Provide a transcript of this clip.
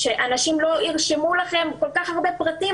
אנשים לא ירשמו לכם כל כך הרבה פרטים,